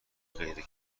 غیر